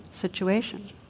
situation